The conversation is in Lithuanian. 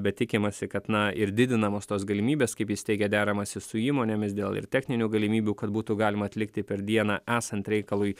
bet tikimasi kad na ir didinamos tos galimybės kaip jis teigė deramasi su įmonėmis dėl ir techninių galimybių kad būtų galima atlikti per dieną esant reikalui